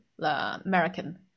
American